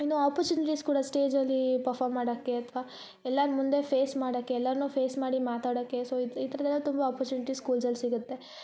ಇನ್ನು ಒಪ್ಪೋರ್ಚುನಿಟೀಸ್ ಕೂಡ ಅಷ್ಟೆ ಸ್ಟೇಜಲ್ಲೀ ಪರ್ಫಾರ್ಮ್ ಮಾಡಾಕೆ ಅಥ್ವ ಎಲ್ಲಾನು ಮುಂದೆ ಫೇಸ್ ಮಾಡಾಕೆ ಎಲ್ಲಾನು ಫೇಸ್ ಮಾಡಿ ಮಾತಾಡೋಕೆ ಸೊ ಈ ಥರದೆಲ್ಲ ತುಂಬ ಒಪ್ಪೋರ್ಚುನಿಟೀಸ್ ಸ್ಕೂಲ್ಸಲ್ಲಿ ಸಿಗತ್ತೆ